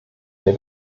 der